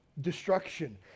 destruction